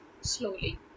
slowly